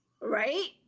Right